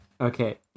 Okay